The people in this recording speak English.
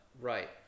Right